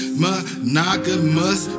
monogamous